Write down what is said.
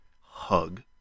hug